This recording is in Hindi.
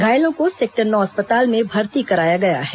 घायलों को सेक्टर नौ अस्पताल में भर्ती कराया गया है